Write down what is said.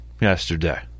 yesterday